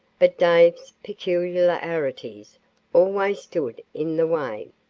but dave's peculiarities always stood in the way.